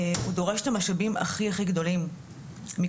הוא דורש את המשאבים הכי גדולים מכולם.